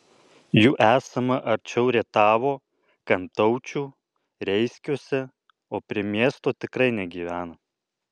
jų esama arčiau rietavo kantaučių reiskiuose o prie miesto tikrai negyvena